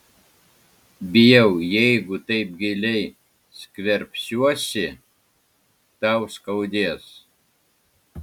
bijau jeigu taip giliai skverbsiuosi tau skaudės